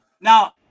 Now